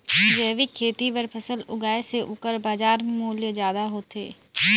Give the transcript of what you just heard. जैविक खेती बर फसल उगाए से ओकर बाजार मूल्य ज्यादा होथे